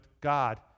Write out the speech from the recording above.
God